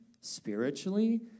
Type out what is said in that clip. spiritually